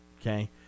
okay